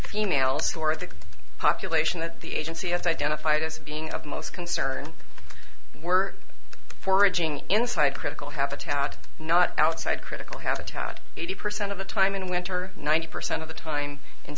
females for the population that the agency has identified as being of most concern were foraging inside critical habitat not outside critical habitat eighty percent of the time in winter ninety percent of the time in